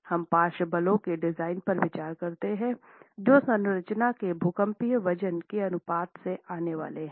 हम पार्श्व बल के डिजाइन पर विचार करते हैं जो संरचना के भूकंपीय वजन के अनुपात से आने वाले हैं